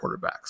quarterbacks